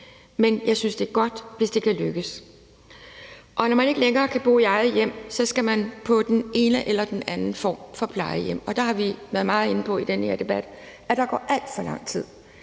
men jeg synes, det er godt, hvis det kan lykkes. Når man ikke længere kan bo i eget hjem, skal man på den ene eller den anden form for plejehjem, og der har vi i den her debat været meget inde på, at der går al for lang tid.